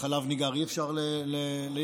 חלב ניגר אי-אפשר לייבא.